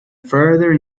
further